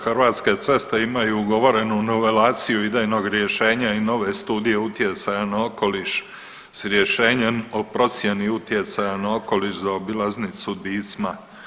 Hrvatske ceste imaju ugovorenu novelaciju idejnog rješenja i nove studije utjecaja na okoliš s rješenjem o procjeni utjecaja na okoliš zaobilaznicu Dicma.